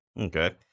Okay